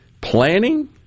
planning